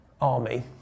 army